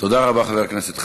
תודה רבה, חבר הכנסת חזן.